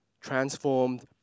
Transformed